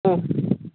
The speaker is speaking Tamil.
ம்